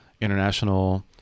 international